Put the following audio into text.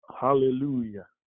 Hallelujah